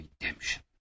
redemption